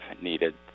needed